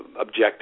Objective